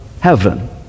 heaven